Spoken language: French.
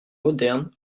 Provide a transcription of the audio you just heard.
moderne